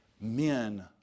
men